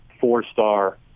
four-star